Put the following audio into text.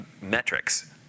metrics